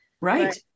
Right